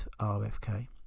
rfk